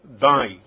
die